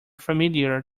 familiar